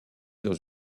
dans